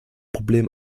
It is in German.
problem